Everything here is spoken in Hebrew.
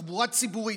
בתחבורה ציבורית,